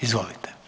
Izvolite.